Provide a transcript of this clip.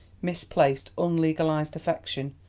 misplaced, unlegalised affection,